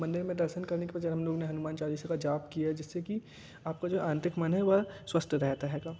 मंदिर में दर्शन करने के बजाय हम लोगों ने हनुमान चालीसा का जाप किया जिससे कि आपका जो आंतरिक मन वह स्वस्थ रहता है